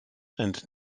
and